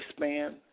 lifespan